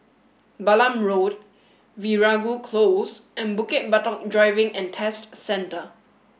Balam Road Veeragoo Close and Bukit Batok Driving and Test Centre